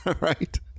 Right